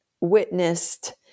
witnessed